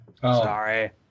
Sorry